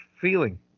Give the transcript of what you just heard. feeling